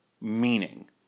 meaning